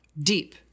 deep